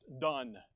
done